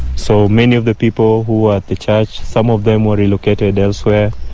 so many of the people who were at the church some of them were located elsewhere,